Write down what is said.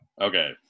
Okay